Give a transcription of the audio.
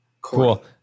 Cool